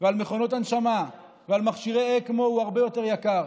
ועל מכונות הנשמה ועל מכשירי אקמו הוא הרבה יותר גבוה.